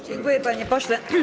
Dziękuję, panie pośle.